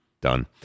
Done